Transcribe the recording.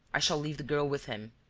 i shall leave the girl with him.